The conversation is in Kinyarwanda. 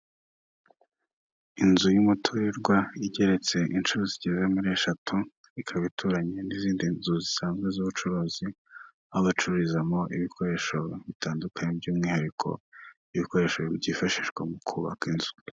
Inzu y'umuturirwa igeretse inshuro zigeze muri eshatu, ikaba ituranye n'izindi nzu zisanzwe z'ubucuruzi, aho bacururizamo ibikoresho bitandukanye by'umwihariko ibikoresho byifashishwa mu kubaka inzu.